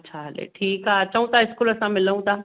अच्छा हले ठीकु आहे अचूं था स्कूल असां मिलूं था